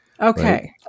Okay